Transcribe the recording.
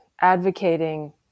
advocating